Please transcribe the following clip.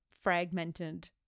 fragmented